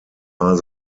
are